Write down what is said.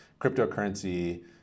cryptocurrency